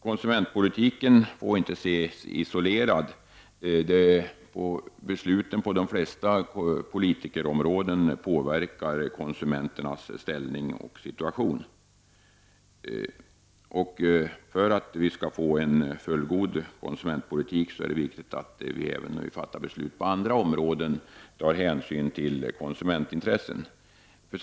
Konsumentpolitiken får emellertid inte ses isolerad. Besluten på de flesta politikområden påverkar konsumenternas ställning och situation. För att vi skall få en fullgod konsumentpolitik är det viktigt att vi politiker, när vi fattar beslut även på andra områden, tar hänsyn till konsumentintressena.